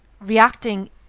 reacting